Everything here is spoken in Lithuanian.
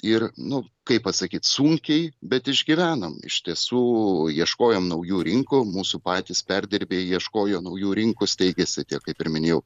ir nu kaip pasakyt sunkiai bet išgyvenom iš tiesų ieškojom naujų rinkų mūsų patys perdirbėjai ieškojo naujų rinkų steigėsi tie kaip ir minėjau